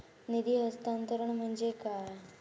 निधी हस्तांतरण म्हणजे काय?